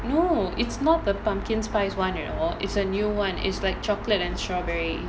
no it's not the pumpkin spice [one] you know it's a new [one] it's like chocolate and strawberry